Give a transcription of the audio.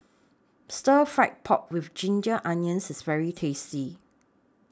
Stir Fry Pork with Ginger Onions IS very tasty